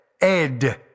ed